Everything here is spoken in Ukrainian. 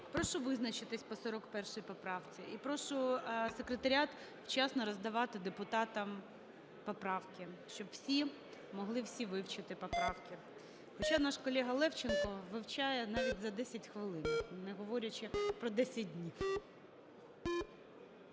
Прошу визначитись по 41 поправці. І прошу секретаріат вчасно роздавати депутатам поправки, щоб всі могли всі вивчити поправки. Хоча наш колега Левченко вивчає навіть за 10 хвилин, не говорячи про 10 днів.